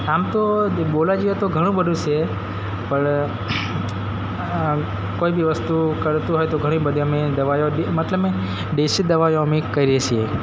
આમ તો બોલવા જેવું તો ઘણું બધું છે પણ કોઈ બી વસ્તુ કરતું હોય તો ઘણી બધી અમે દવાઈઓથી મતલબ મે દેશી દવાઈઓ અમે કરીએ સીએ